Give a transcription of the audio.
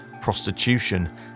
Prostitution